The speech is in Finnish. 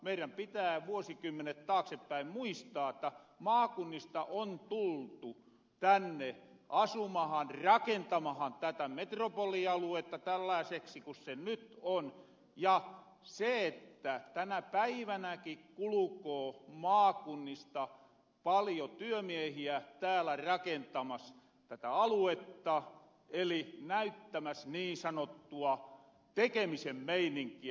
meirän pitää vuosikymmenet taaksepäin muistaa että maakunnista on tultu tänne asumahan rakentamahan tätä metropolialuetta tällaaseksi kuin se nyt on ja se että tänä päivänäkin kulukoo maakunnista palijo työmiehiä täällä rakentamassa tätä aluetta eli näyttämässä niin sanottua tekemisen meininkiä